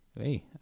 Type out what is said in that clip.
Hey